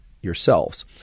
yourselves